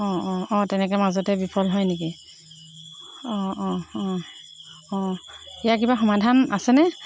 অঁ অঁ অঁ তেনেকৈ মাজতে বিফল হয় নেকি অঁ অঁ অঁ অঁ ইয়াৰ কিবা সমাধান আছেনে